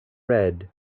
red